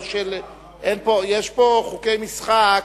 יש פה חוקי משחק,